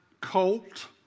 colt